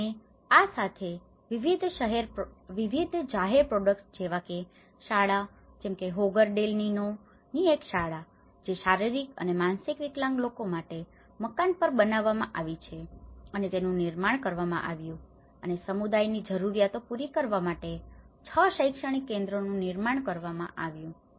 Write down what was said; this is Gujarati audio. અને આ સાથે વિવિધ જાહેર પ્રોજેક્ટ્સ જેવા કે શાળાઓ જેમ કે હોગર ડેલ નિનોની એક શાળા જે શારીરિક અને માનસિક વિકલાંગ લોકો માટે મકાન પર બનાવવામાં આવી છે અને તેનું નિર્માણ કરવામાં આવ્યું છે અને ત્યાં સમુદાયની જરૂરિયાતો પૂરી કરવા માટે 6 શૈક્ષણિક કેન્દ્રોનું નિર્માણ કરવામાં આવ્યું છે